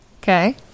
Okay